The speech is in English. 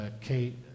Kate